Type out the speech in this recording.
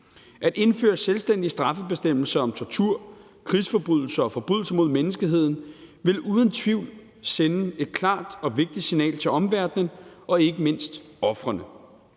At indføre selvstændige straffebestemmelser om tortur, krigsforbrydelser og forbrydelser mod menneskeheden vil uden tvivl sende et klart og vigtigt signal til omverdenen og ikke mindst ofrene.